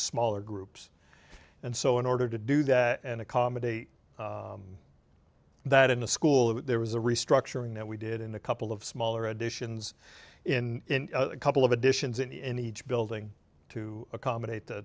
smaller groups and so in order to do that and accommodate that in the school there was a restructuring that we did in a couple of smaller additions in a couple of additions and in each building to accommodate the